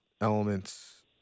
elements